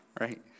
right